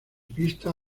pistas